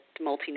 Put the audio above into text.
multinational